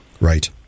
Right